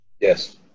Yes